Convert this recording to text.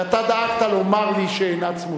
ואתה דאגת לומר לי שאינה צמודה.